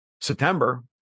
September